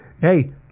Hey